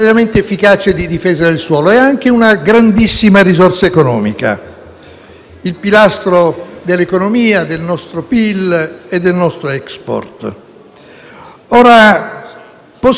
Possiamo dire che il Governo stia dando alla nostra agricoltura l'attenzione che serve?